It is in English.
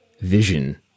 vision